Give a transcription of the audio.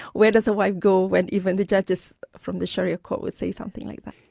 where does the wife go when even the judges from the sharia court will say something like that?